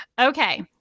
Okay